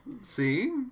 See